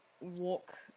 walk